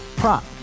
prop